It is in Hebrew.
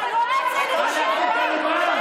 אתה לא יכול להגיב,